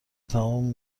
تمام